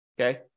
okay